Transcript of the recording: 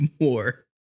more